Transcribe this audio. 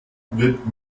wird